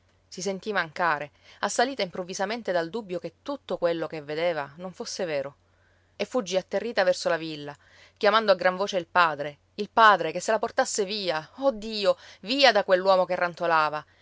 si sentì mancare assalita improvvisamente dal dubbio che tutto quello che vedeva non fosse vero e fuggì atterrita verso la villa chiamando a gran voce il padre il padre che se la portasse via oh dio via da quell'uomo che rantolava